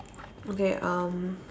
okay um